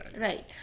right